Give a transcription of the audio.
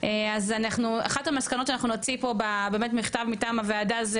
אז אנחנו אחת המסקנות שאנחנו נוציא פה באמת מכתב מטעם הוועדה,